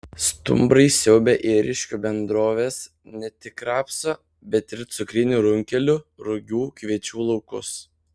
stumbrai siaubia ėriškių bendrovės ne tik rapsų bet ir cukrinių runkelių rugių kviečių laukus